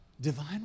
divine